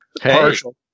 Partial